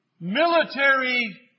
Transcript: military